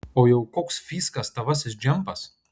o jau koks fyskas tavasis džempas